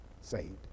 saved